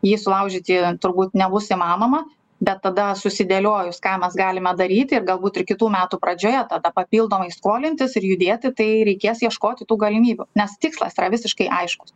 jį sulaužyti turbūt nebus įmanoma bet tada susidėliojus ką mes galime daryti ir galbūt ir kitų metų pradžioj tada papildomai skolintis ir judėti tai reikės ieškoti tų galimybių nes tikslas yra visiškai aiškus